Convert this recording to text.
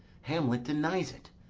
hamlet denies it.